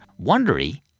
Wondery